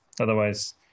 Otherwise